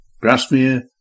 Grasmere